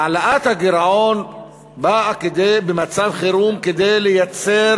העלאת הגירעון באה במצב חירום כדי לייצר